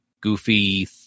goofy